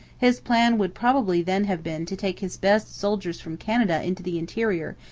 his plan would probably then have been to take his best soldiers from canada into the interior,